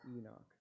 Enoch